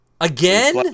again